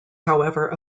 however